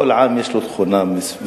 לכל עם יש תכונה מסוימת.